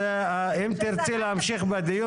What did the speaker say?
אם תרצי להמשיך בדיון,